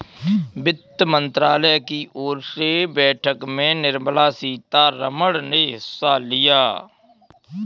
वित्त मंत्रालय की ओर से बैठक में निर्मला सीतारमन ने हिस्सा लिया